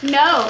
no